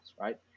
right